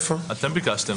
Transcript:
איפה אתם ביקשתם.